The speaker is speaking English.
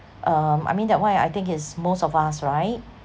um I mean that one yeah I think is most of us right